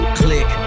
click